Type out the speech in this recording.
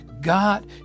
God